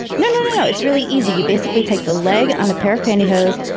no, no, no, no. it's really easy. you basically take the leg on a pair of pantyhose.